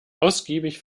ausgiebig